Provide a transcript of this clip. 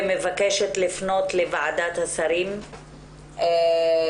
אני מבקשת לפנות לוועדת השרים כדי